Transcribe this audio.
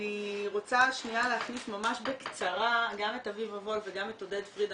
רוצה להכניס ממש בקצרה גם את אביבה וולף וגם את עודד פריד,